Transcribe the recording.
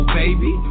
baby